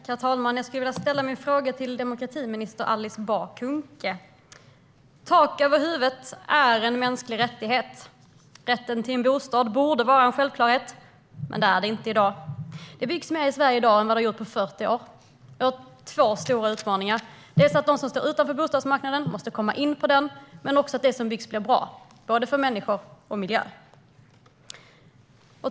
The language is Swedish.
Herr talman! Jag vill ställa min fråga till demokratiminister Alice Bah Kuhnke. Tak över huvudet är en mänsklig rättighet. Rätten till en bostad borde vara en självklarhet. Men det är det inte i dag. Det byggs mer i Sverige i dag än på 40 år. Vi har två stora utmaningar: De som står utanför bostadsmarknaden måste komma in på den. Men det som byggs måste också bli bra, för både människor och miljö.